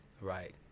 Right